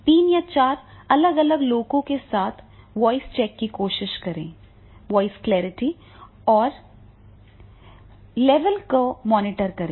तीन या चार अलग अलग लोगों के साथ वॉइस चेक की कोशिश करें वॉइस क्लैरिटी और लेवल को मॉनिटर करें